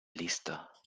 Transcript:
listo